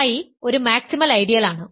I ഒരു maximal ഐഡിയലാണ്